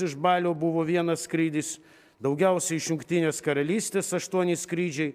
iš balio buvo vienas skrydis daugiausia iš jungtinės karalystės aštuoni skrydžiai